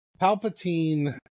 Palpatine